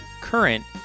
current